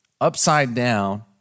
upside-down